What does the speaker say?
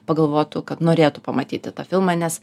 pagalvotų kad norėtų pamatyti tą filmą nes